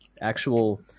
actual